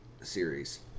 series